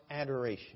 adoration